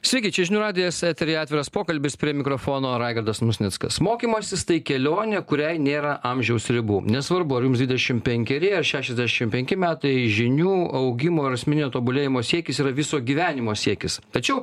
sveiki čia žinių radijas eteryje atviras pokalbis prie mikrofono raigardas musnickas mokymasis tai kelionė kuriai nėra amžiaus ribų nesvarbu ar jums dvidešim penkeri ar šešiasdešim penki metai žinių augimo ir asmeninio tobulėjimo siekis yra viso gyvenimo siekis tačiau